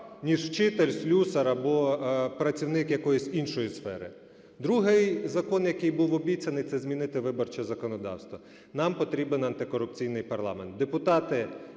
ніж вчитель, слюсар або працівник якоїсь іншої сфери. Другий закон, який був обіцяний, – це змінити виборче законодавство. Нам потрібен антикорупційний парламент.